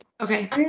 Okay